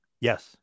Yes